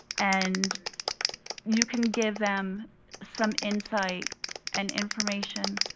and you can give them some insight and information,